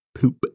poop